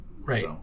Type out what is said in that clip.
right